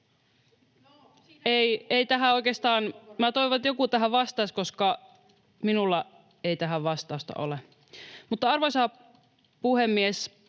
toivon, että joku tähän vastaisi, koska minulla ei tähän vastausta ole. Mutta, arvoisa puhemies,